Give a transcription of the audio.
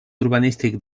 urbanístic